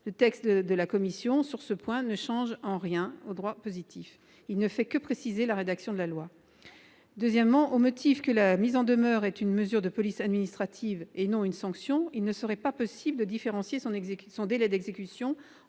Le texte de la commission, sur ce point, ne change rien au droit positif : il ne fait que préciser la rédaction de la loi. Deuxièmement, au motif que la mise en demeure est une mesure de police administrative et non une sanction, il ne serait pas possible de différencier son délai d'exécution